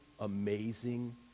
amazing